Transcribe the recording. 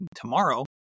Tomorrow